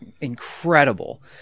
incredible